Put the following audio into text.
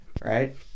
Right